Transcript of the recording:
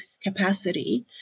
capacity